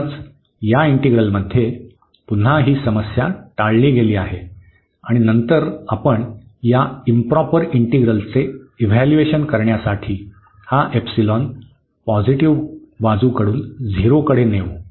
म्हणूनच या इंटिग्रलमध्ये पुन्हा ही समस्या टाळली गेली आहे आणि नंतर आपण या इंप्रॉपर इंटिग्रलचे इव्हॅल्यूएशन करण्यासाठी हा एप्सिलॉन पॉझिटिव्ह बाजूकडून 0 कडे नेऊ